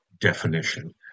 definition